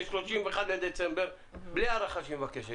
של 31 בדצמבר בלי ההארכה שהיא מבקשת.